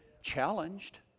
challenged